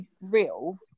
real